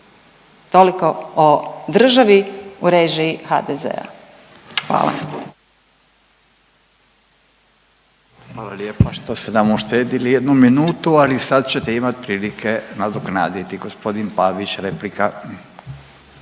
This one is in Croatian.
Toliko o državi u režiji HDZ-a. Hvala.